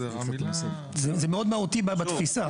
זה מאוד מהותי בתפיסה.